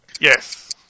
Yes